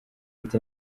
ati